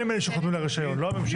הם אלה שחותמים על הרישיון, לא הממשלה.